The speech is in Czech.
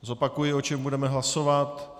Zopakuji, o čem budeme hlasovat.